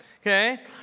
Okay